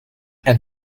and